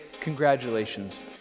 congratulations